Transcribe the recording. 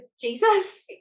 Jesus